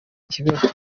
kibeho